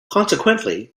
consequently